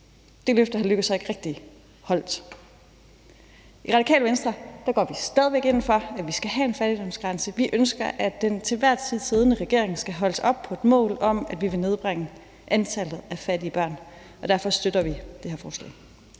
Lars Løkke Rasmussen så ikke rigtig holdt. I Radikale Venstre går vi stadig væk ind for, at vi skal have en fattigdomsgrænse. Vi ønsker, at den til enhver tid siddende regering skal holdes op på et mål om, at vi vil nedbringe antallet af fattige børn, og derfor støtter vi det her forslag.